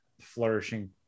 flourishing